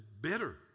bitter